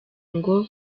ngo